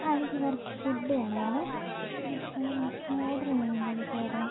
ആ എനിക്ക് കുറച്ച് ഫുഡ് വേണായിരുന്നേ അപ്പം ഒർഡറ് ചെയ്യാൻ വേണ്ടി വിളിച്ചതായിരുന്നു